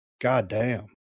goddamn